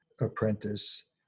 apprentice